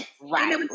Right